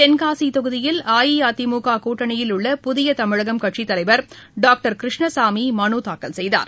தென்காசிதொகுதியில் அதிமுககூட்டணியில் உள்ள புதியதமிழகம் கட்சித் தலைவர் டாக்டர் கிருஷ்ணசாமிமனுத்தாக்கல் செய்தார்